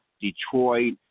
Detroit